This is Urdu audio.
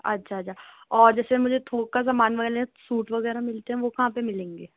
اچھا اچھا اور جیسے مجھے تھوک کا سامان سوٹ وغیرہ ملتے ہیں وہ کہاں پہ ملیں گے